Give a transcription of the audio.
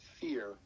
fear